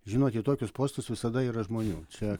žinot į tokius postus visada yra žmonių čia